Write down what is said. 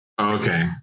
Okay